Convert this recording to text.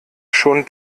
schon